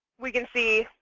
we can see,